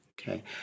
Okay